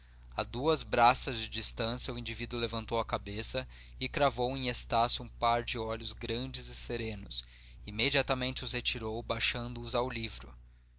bela a duas braças de distância o indivíduo levantou a cabeça e cravou em estácio um par de olhos grandes e serenos imediatamente os retirou baixando os ao livro